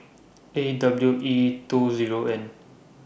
A W E two Zero N